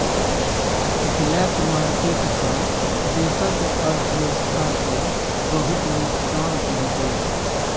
black market सँ देशक अर्थव्यवस्था केँ बहुत नोकसान पहुँचै छै